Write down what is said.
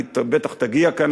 היא בטח תגיע כאן,